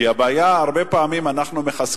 כי הבעיה היא שהרבה פעמים אנחנו מחזקים